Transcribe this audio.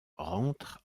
rentre